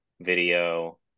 video